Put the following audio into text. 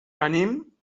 anem